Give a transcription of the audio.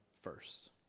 first